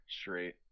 straight